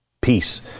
peace